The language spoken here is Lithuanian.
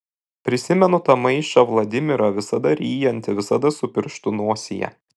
prisimenu tą maišą vladimirą visada ryjantį visada su pirštu nosyje